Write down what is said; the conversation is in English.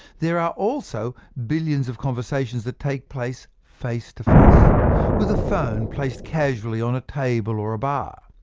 there are also billions of conversations that take place, face-to-face, with a phone placed casually on a table or bar.